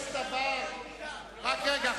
רק רגע.